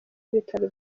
ibitaro